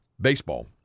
baseball